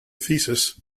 thesis